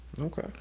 Okay